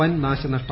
വൻ നാശനഷ്ടം